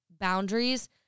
boundaries